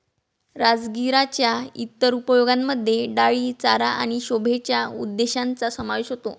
राजगिराच्या इतर उपयोगांमध्ये डाई चारा आणि शोभेच्या उद्देशांचा समावेश होतो